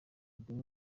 video